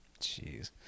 Jeez